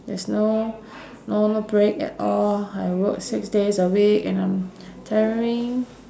there's no no no break at all I work six days a week and I'm tiring